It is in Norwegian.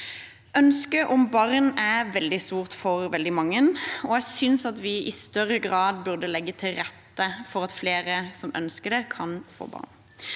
Ønsket om barn er veldig stort for veldig mange, og jeg synes at vi i større grad burde legge til rette for at flere som ønsker det, kan få barn.